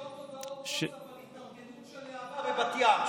חוץ ממאות הודעות ווטסאפ על התארגנות של להב"ה בבת ים.